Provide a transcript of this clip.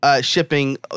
Shipping